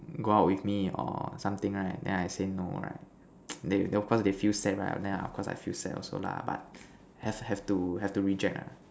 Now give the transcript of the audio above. go out with me or something right then I say no right they of course they feel sad right then of course I feel sad also lah but have have to have to reject ah